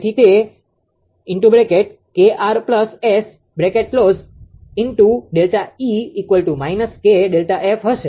તેથી તે 𝐾𝑅 𝑆ΔE −KΔF હશે